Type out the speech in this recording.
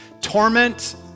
Torment